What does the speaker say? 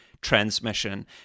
transmission